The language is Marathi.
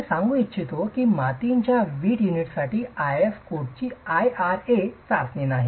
मी हे सांगू इच्छितो की मातीच्या वीट युनिटसाठी आयएस कोडची IRA चाचणी नाही